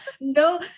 no